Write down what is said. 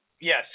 yes